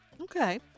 Okay